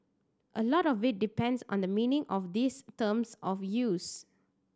a lot of it depends on the meaning of these terms of use